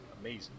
amazing